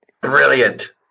Brilliant